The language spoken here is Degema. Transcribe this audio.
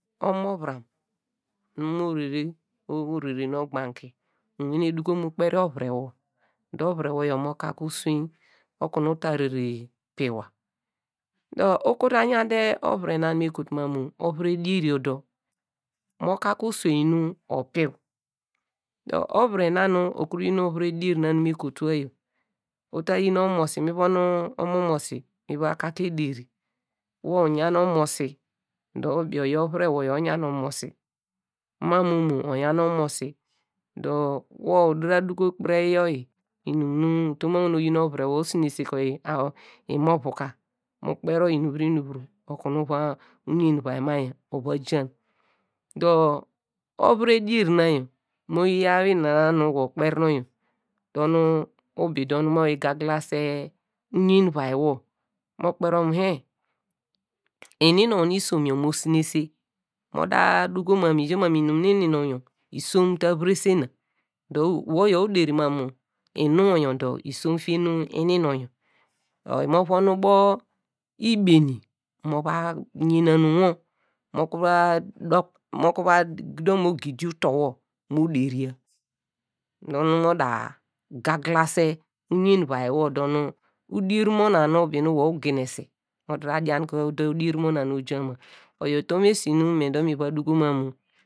Omo- vuram nu mọ rere. orere nu ogbanke uwane mu doku mu kperi ovure wor der ovure wor yor mọ ka kwo uswein okunu uta rere piua, dor ukuru ta yan te ovure na nu me kotu mam mu ovure dier yor dot, mọ ka kwo uswein nu opiu; dot ovure na nu okuru yin ovure dier na nu me kotua yor uta yin omomosi, mi von omomosi miva ka ke eder, wor uyan omosi dor ubi oy. ovure wor yor. oyi oyan omosi mam mu omo oyan omosi dor wor uda ta duko kperi yor yi inum utum okunu oyi nu ovure wor usinse ke oyi imo vu ka, mu kperi oyi inum vuru inum vuru okunu uyen uvai mai ova jan dor ovute dur na yar mọ yi yaw nana nu wor ukperi nonw yor dor nu ubi dor mọ yi gaglase uyen uvai wor mọ kperi wor mu hehn lnu num nu isom yor mọ sinese mọ da duko mam mu ija mam mu lnum nu ini num yor isom ta virese na dor wor yor uderi mam mu invwo dor isom fie nu inu num yor. oyi mo von ubo ibeni mova yena nu wor mu kuru va, mọ gidi utor wor mo deria dor nu mo da gugla se uyen uvai dor nu udier mona nu ubi dor nu wor uginese. mu da ta dianke ude udier mona nu oja uria oyi utom esi me dor miva duko mam mu.